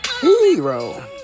Hero